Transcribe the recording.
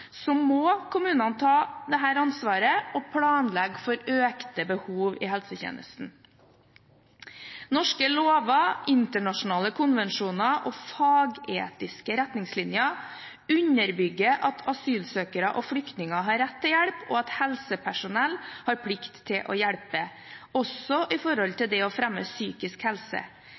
må kommunene ta dette ansvaret og planlegge for økte behov i helsetjenesten. Norske lover, internasjonale konvensjoner og fagetiske retningslinjer underbygger at asylsøkere og flyktninger har rett til hjelp, og at helsepersonell har plikt til å hjelpe, også